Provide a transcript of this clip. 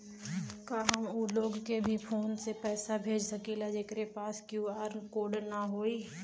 का हम ऊ लोग के भी फोन से पैसा भेज सकीला जेकरे पास क्यू.आर कोड न होई?